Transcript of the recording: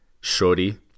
shorty